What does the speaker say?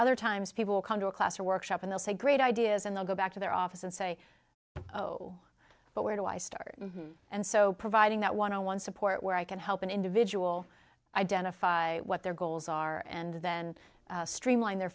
other times people come to a class or workshop in it's a great ideas and they'll go back to their office and say oh but where do i start and so providing that one on one support where i can help an individual identify what their goals are and then streamline their